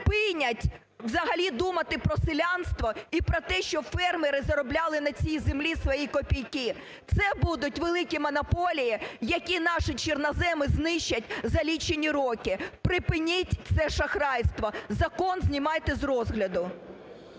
припинять взагалі думати про селянство і про те, що фермери заробляли на цій землі свої копійки. Це будуть великі монополії, які наші чорноземи знищать за лічені роки. Припиніть це шахрайство! Закон знімайте з розгляду!